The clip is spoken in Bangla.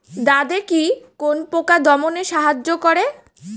দাদেকি কোন পোকা দমনে সাহায্য করে?